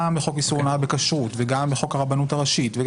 גם בחוק איסור הונאה בכשרות וגם בחוק הרבנות הראשית.